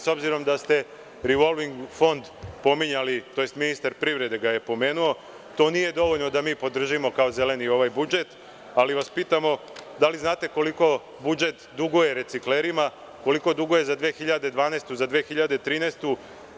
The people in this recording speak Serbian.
S obzirom da ste „Rivolving fond“ pominjali, tj. ministar privrede ga je pomenuo, to nije dovoljno da mi podržimo kao Zeleni Srbije ovaj budžet, ali vas pitamo – da li znate koliko budžet duguje reciklerima, koliko duguje za 2012. i za 2013. godinu?